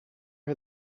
her